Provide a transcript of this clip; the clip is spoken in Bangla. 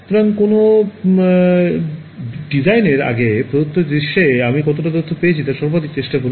সুতরাং কোনও ডিজাইনের আগে প্রদত্ত দৃশ্যে আমি কতটা তথ্য পেতে পারি তা সর্বাধিক করার চেষ্টা করুন